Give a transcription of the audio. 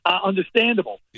Understandable